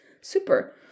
Super